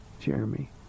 Jeremy